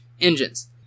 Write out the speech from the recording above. engines